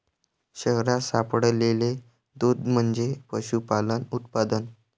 शहरात सापडलेले दूध म्हणजे पशुपालन उत्पादन